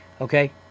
okay